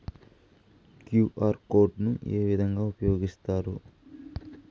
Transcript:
QR code ను ఏ విధంగా ఉపయగిస్తాము?